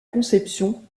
conception